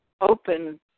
open